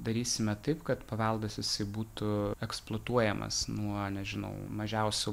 darysime taip kad paveldas jisai būtų eksploatuojamas nuo nežinau mažiausio